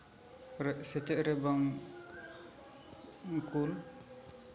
ᱥᱮᱪᱮᱫ ᱨᱮ ᱵᱟᱝ ᱠᱩᱞ